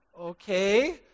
Okay